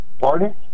Pardon